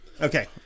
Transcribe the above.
Okay